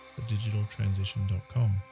thedigitaltransition.com